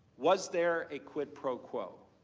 was there a quid pro quo?